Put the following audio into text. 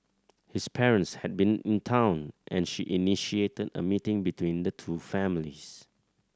his parents had been in town and she initiated a meeting between the two families